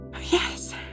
Yes